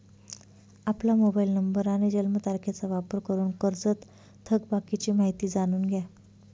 आपला mobile number आणि जन्मतारखेचा वापर करून कर्जत थकबाकीची माहिती जाणून घ्या